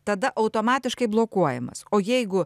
tada automatiškai blokuojamas o jeigu